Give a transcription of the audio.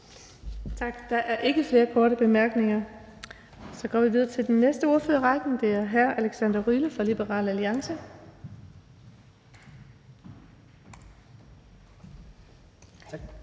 Tak. Der er ikke flere korte bemærkninger. Så går vi videre til den næste ordfører i rækken, og det er hr. Alexander Ryle fra Liberal Alliance. Kl.